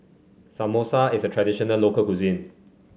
Samosa is a traditional local cuisine